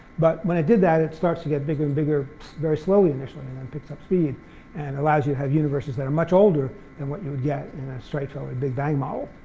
but when it did that, it starts to get bigger and bigger very slowly initially and then picks up speed and allows you to have universities that are much older than what you would get in a straightforward big bang model.